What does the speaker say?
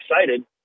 excited